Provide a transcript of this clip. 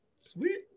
sweet